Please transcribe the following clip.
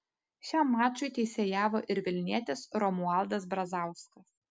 šiam mačui teisėjavo ir vilnietis romualdas brazauskas